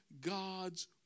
God's